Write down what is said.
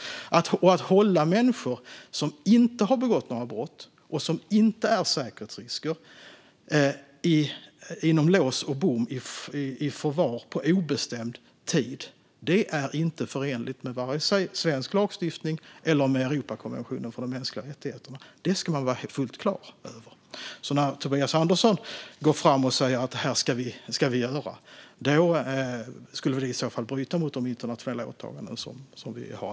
Att hålla människor som inte har begått några brott och som inte är säkerhetsrisker i förvar bakom lås och bom på obestämd tid är inte förenligt med vare sig svensk lagstiftning eller Europakonventionen om de mänskliga rättigheterna. Det ska man vara fullt klar över. Om vi skulle göra det som Tobias Andersson går fram och säger att vi ska göra skulle vi bryta mot de internationella åtaganden som vi har.